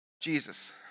Jesus